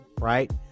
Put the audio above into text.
Right